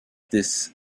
this